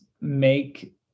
make